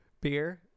Beer